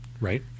Right